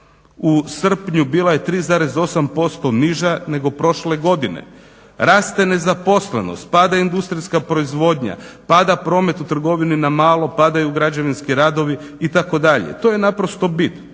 u srpnju bila je 3,8% niža nego prošle godine, raste nezaposlenost, pada industrijska proizvodnja, pada promet u trgovini na malo, padaju građevinski radovi itd. to je naprosto bit,